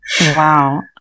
Wow